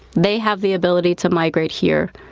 they have the ability to migrate here.